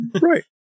Right